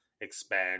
expand